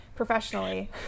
professionally